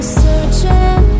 searching